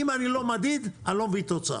אם אני לא מדיד, אני לא מביא תוצאה.